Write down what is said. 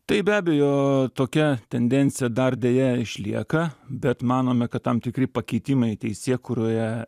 taip be abejo tokia tendencija dar deja išlieka bet manome kad tam tikri pakeitimai teisėkūroje